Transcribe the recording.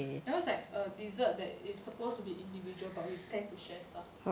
that was like a dessert that is supposed to be individual but we tend to share stuff